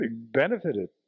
benefited